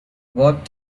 what